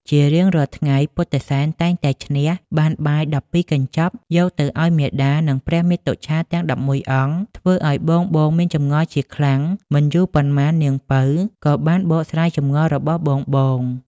ជារៀងរាល់ថ្ងៃពុទ្ធិសែនតែងតែឈ្នះបានបាយ១២កញ្ចប់យកទៅឲ្យមាតា និងព្រះមាតុច្ឆាទាំង១១អង្គ ធ្វើឲ្យបងៗមានចម្ងល់ជាខ្លាំងមិនយូរប៉ុន្មាននាងពៅក៏បានបកស្រាយចម្ងល់របស់បងៗ។